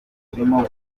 burimo